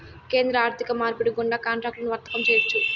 కేంద్ర ఆర్థిక మార్పిడి గుండా కాంట్రాక్టులను వర్తకం చేయొచ్చు